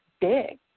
big